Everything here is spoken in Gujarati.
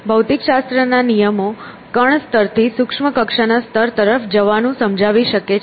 ભૌતિકશાસ્ત્ર ના નિયમો કણ સ્તરથી સૂક્ષ્મ કક્ષાના સ્તર તરફ જવાનું સમજાવી શકે છે